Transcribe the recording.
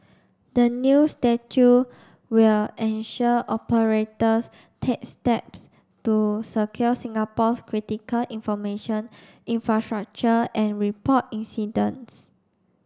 the new statute will ensure operators take steps to secure Singapore's critical information infrastructure and report incidents